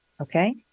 Okay